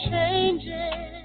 Changing